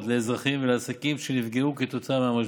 לאזרחים ולעסקים שנפגעו כתוצאה מהמשבר.